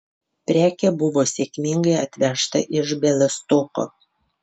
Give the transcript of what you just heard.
prekė buvo sėkmingai atvežta iš bialystoko